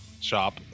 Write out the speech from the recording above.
Shop